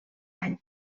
any